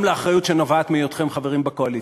גם לאחריות שנובעת מהיותכם חברים בקואליציה.